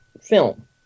film